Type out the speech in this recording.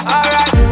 Alright